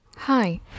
Hi